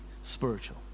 spiritual